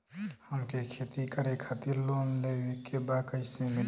हमके खेती करे खातिर लोन लेवे के बा कइसे मिली?